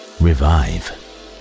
revive